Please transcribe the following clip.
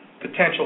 potential